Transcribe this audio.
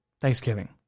Thanksgiving